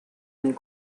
and